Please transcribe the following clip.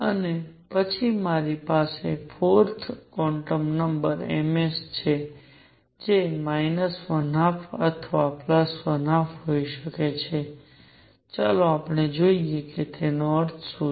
અને પછી મારી પાસે 4th quantum number m s છે જે 12 અથવા 12 હોઈ શકે છે ચાલો આપણે જોઈએ કે તેનો અર્થ શું છે